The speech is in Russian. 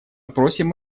просим